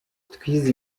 twize